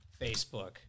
Facebook